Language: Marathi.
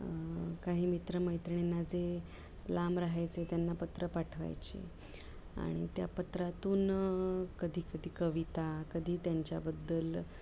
काही मित्रमैत्रिणींना जे लांब राहायचे त्यांना पत्र पाठवायची आणि त्या पत्रातून कधी कधी कविता कधी त्यांच्याबद्दल